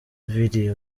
video